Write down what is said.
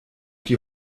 die